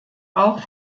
auch